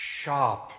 sharp